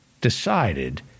decided